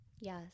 yes